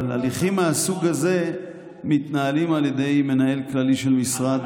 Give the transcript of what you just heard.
אבל הליכים מהסוג הזה מתנהלים על ידי מנהל כללי של משרד,